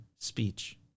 Speech